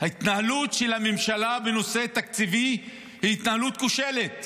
ההתנהלות של הממשלה בנושא התקציבי היא התנהלות כושלת.